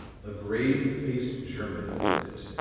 the grave faced german opened it,